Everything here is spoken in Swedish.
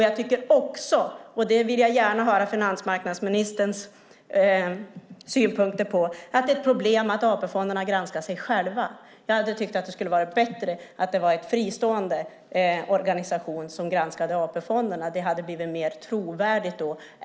Jag tycker också - och det vill jag gärna höra finansmarknadsministerns synpunkter på - att det är ett problem att AP-fonderna granskar sig själva. Jag tycker att det skulle vara bättre om det var en fristående organisation som granskade AP-fonderna. Det hade blivit mer trovärdigt då.